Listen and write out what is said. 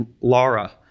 Laura